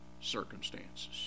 circumstances